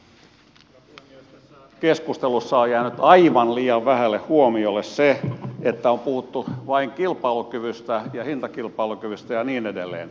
tässä keskustelussa on jäänyt aivan liian vähälle huomiolle se että on puhuttu vain kilpailukyvystä ja hintakilpailukyvystä ja niin edelleen